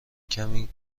کمی